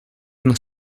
nos